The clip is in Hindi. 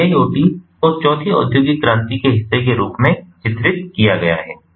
तो आईआईओटी को चौथी औद्योगिक क्रांति के हिस्से के रूप में चित्रित किया गया है